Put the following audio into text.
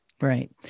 Right